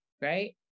right